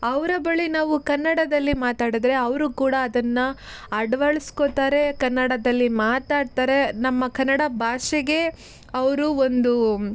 ಅವರ ಬಳಿ ನಾವು ಕನ್ನಡದಲ್ಲಿ ಮಾತಾಡಿದರೆ ಅವರು ಕೂಡ ಅದನ್ನು ಅಳ್ವಡ್ಸ್ಕೊಳ್ತಾರೆ ಕನ್ನಡದಲ್ಲಿ ಮಾತಾಡ್ತಾರೆ ನಮ್ಮ ಕನ್ನಡ ಭಾಷೆಗೆ ಅವರು ಒಂದು